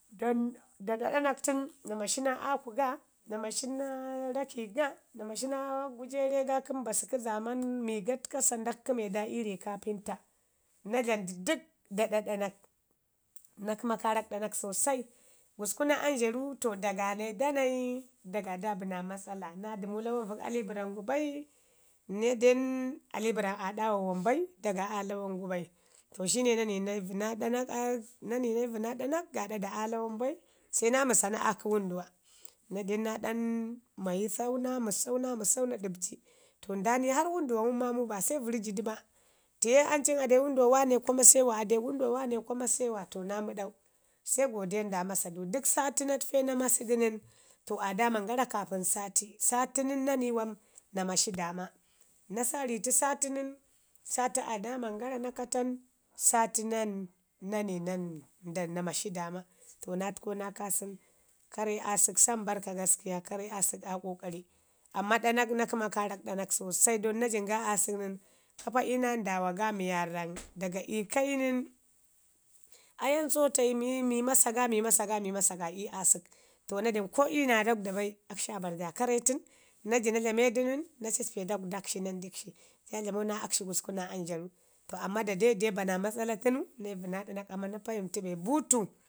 don da ɗa ɗamak ten na mashi naa aku gu, na mashi na raki ga, na mashina gwajere ga kə mbasu kə zaaman mi gat kasa nda kkəme da ii ri kapənta, na dlamu dək da ɗa ɗanak. Na kəma karak ɗanak sosai. Gusku naa anzharu to da ganai da nai da ga da bi naa matsala, na dəmu lawan vək alibərram gu bai, na den alibərran aa ɗawa wam bai, da ga aa lawan gu bai. To shina na nai na wu naa ɗanak gaada da aa lawan bai se na mi sana'a kə wəndu wa. Na den na ɗan mayi sau na misau na mi sau na dəbji, to nda ni hau wənduwa ngum, maamu ba se vəri ji du ba. Tiye ancin ade wənduwa wane kwa mase wa, ade wənduwa wane kwa mase wa. Se naa məɗau, se godiya nda masa du. Dək sati na təfe na masu du nən, to a daman gara kaapən sati. Sati aa daman gara na katan sali nan na ni nan nda na mashi dama. To na təko na kaa səni karre aasək sambarrka gaskiya karre aasək aa ƙoƙari. Amman ɗanak na kəma karak sosai don na jin ga i aasək nən kapa iyu naa ndaawa ga waarra da ika yu nən ayam sotai mi masa ga mi maa ga mi masa ga i aasək. To na dan ko iyu naa dgwda bai, akshi aabari da kaarre tən. Naji na dlame du nən na cacpe dagwdak shi na dik shi ka ellamo naa akshi gusku naa anzharu. To amman da de ba naa matsala tənu na iwu naa ɗanak amman na payin tu be buutu